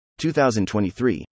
2023